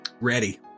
ready